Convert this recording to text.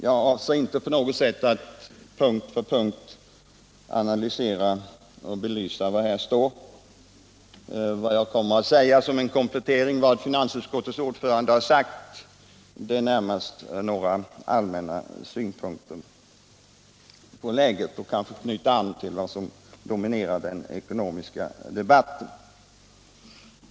Jag avser inte på något sätt att punkt för punkt analysera och belysa det som står i betänkandet. Vad jag kommer att säga som en komplettering till det finansutskottets ordförande har sagt är närmast några allmänna synpunkter på läget med anknytning till vad som f. n. dominerar den ekonomiska debatten.